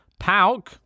Pauk